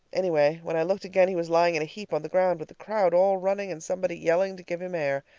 anyway, when i looked again he was lying in a heap on the ground, with the crowd all running, and somebody yelling to give him air.